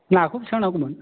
नाखौ बेसेबां नांगौमोन